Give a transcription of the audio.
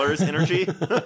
energy